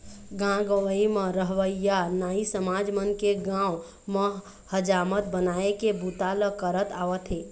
गाँव गंवई म रहवइया नाई समाज मन के गाँव म हजामत बनाए के बूता ल करत आवत हे